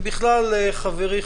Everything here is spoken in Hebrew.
ובכלל חברי,